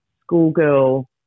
schoolgirl